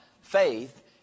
faith